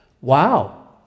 wow